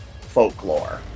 folklore